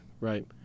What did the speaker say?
right